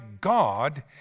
God